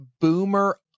boomer